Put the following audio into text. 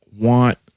want